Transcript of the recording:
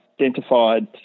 identified